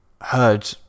heard